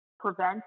prevent